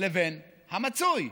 לבין המצוי.